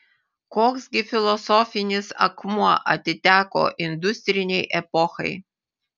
koks gi filosofinis akmuo atiteko industrinei epochai